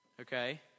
Okay